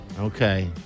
Okay